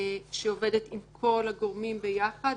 שעובדת עם כל הגורמים ביחד.